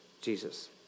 Jesus